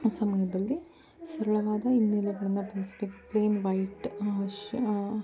ಸಮಯದಲ್ಲಿ ಸರಳವಾದ ಹಿನ್ನೆಲೆಗಳನ್ನ ಬಳಸಬೇಕು ಪ್ಲೇನ್ ವೈಟ್ ಶ